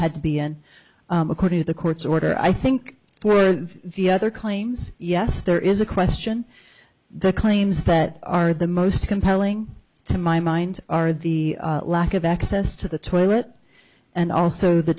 had to be n according to the court's order i think the other claims yes there is a question the claims that are the most compelling to my mind are the lack of access to the toilet and also the